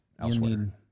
elsewhere